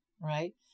right